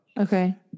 Okay